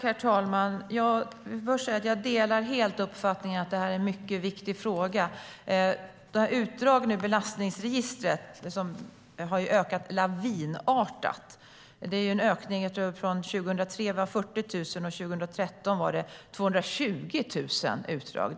Herr talman! Först vill jag säga att jag helt delar uppfattningen att det här är en mycket viktig fråga. Utdragen ur belastningsregistret har ökat lavinartat. Det är en ökning från 2003, när det var 40 000, till 220 000 utdrag 2013.